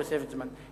תוספת זמן,